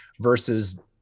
versus